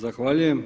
Zahvaljujem.